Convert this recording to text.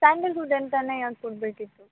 Sandalwood ಅಂತಲೇ ಯಾಕೆ ಕೊಡಬೇಕಿತ್ತು